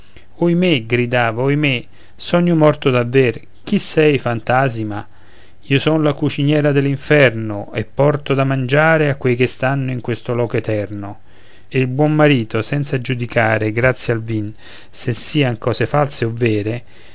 diavolo oimè gridava oimè son io morto davver chi sei fantasima io son la cuciniera dell'inferno e porto da mangiare a quei che stanno in questo loco eterno e il buon marito senza giudicare grazie al vin se sian cose false